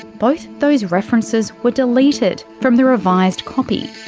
both those references were deleted from the revised copy.